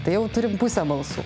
tai jau turim pusę balsų